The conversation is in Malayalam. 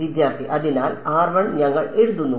വിദ്യാർത്ഥി അതിനാൽ ഞങ്ങൾ എഴുതുന്നു